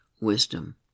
wisdom